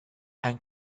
and